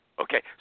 Okay